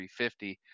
350